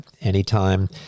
anytime